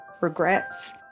Regrets